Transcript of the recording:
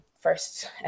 first